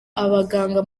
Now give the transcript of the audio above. abaganga